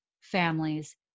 families